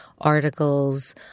articles